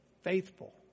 Faithful